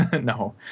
no